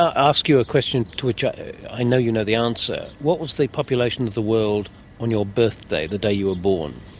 ah ask your question to which i i know you know the answer what was the population of the world on your birthday, the day you were born?